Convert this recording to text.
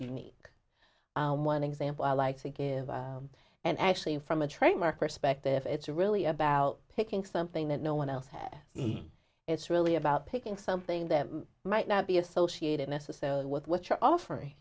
unique one example i like to give and actually from a trademark perspective it's really about picking something that no one else had me it's really about picking something there might not be associated necessarily with what you're offering